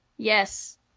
Yes